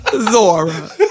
Zora